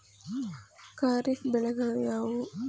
ಖಾರಿಫ್ ಬೆಳೆಗಳು ಯಾವುವು?